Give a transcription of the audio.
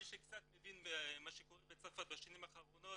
מי שקצת מבין במה שקורה בצרפת בשנים האחרונות,